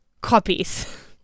copies